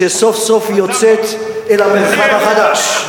שסוף-סוף יוצאת אל המרחב החדש.